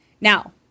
Now